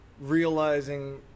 Realizing